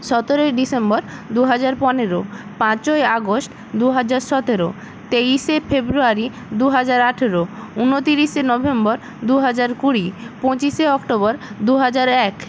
সতেরোই ডিসেম্বর দু হাজার পনেরো পাঁচই আগস্ট দু হাজার সতেরো তেইশে ফেব্রুয়ারি দু হাজার আঠেরো উনতিরিশে নভেম্বর দু হাজার কুড়ি পঁচিশে অক্টোবর দু হাজার এক